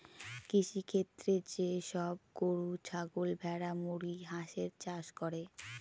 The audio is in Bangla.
কৃষিক্ষেত্রে যে সব গরু, ছাগল, ভেড়া, মুরগি, হাঁসের চাষ করে